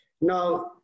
Now